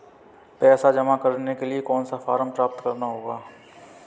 पैसा जमा करने के लिए कौन सा फॉर्म प्राप्त करना होगा?